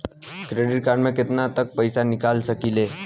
Credit card से केतना तक पइसा निकाल सकिले?